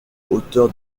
hauteur